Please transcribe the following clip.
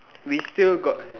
we still got